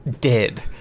dead